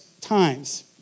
times